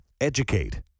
educate